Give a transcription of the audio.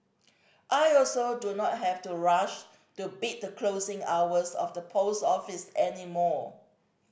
I also do not have to rush to beat the closing hours of the post office any more